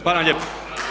Hvala vam lijepo.